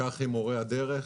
כך עם מורי הדרך.